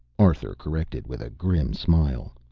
arthur corrected with a grim smile.